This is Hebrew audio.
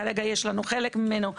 כרגע יש לנו חלק ממנו.